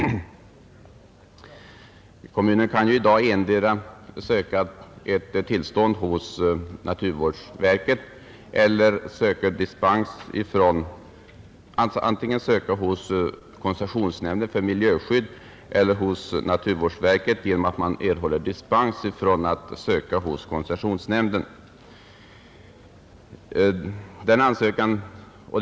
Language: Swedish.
Kommuner kan ju i dag söka ett tillstånd antingen hos koncessionsnämnden för miljöskydd eller, efter dispens, hos naturvårdsverket.